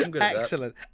Excellent